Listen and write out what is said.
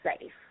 safe